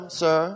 sir